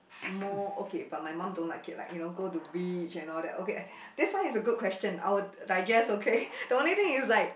more okay but my mum don't like it like you know go to beach and all that okay this one is a good question I will digest okay the only thing is like